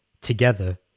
together